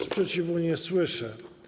Sprzeciwu nie słyszę.